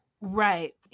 Right